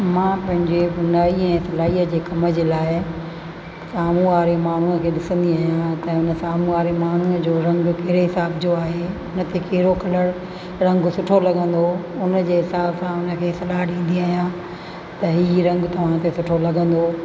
मां पंहिंजे बुनाई ऐं सिलाई जे कम जे लाइ सामुहूं वारे माण्हूअ खे ॾिसंदी आहियां कंहिं सामुहूं वारे माण्हूअ जो रंग कहिड़े हिसाब जो आहे उन ते कहिड़ो कलर उन खे सुठो लॻंदो उन जे हिसाब सां उन खे सलाह ॾींदी आहियां त ही रंग तव्हां खे सुठो लॻंदो